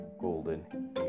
golden